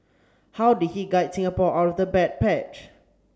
how did he guide Singapore out of the bad patch